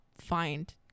find